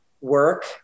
work